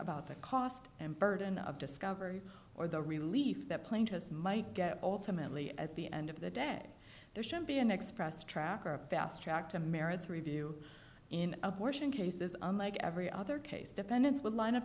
about the cost and burden of discovery or the relief that plaintiff might get ultimately at the end of the day there should be an express track or a fast track to merits review in abortion cases unlike every other case defendants would line up